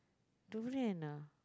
durian ah